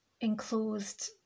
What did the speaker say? enclosed